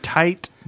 Tight